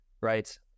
right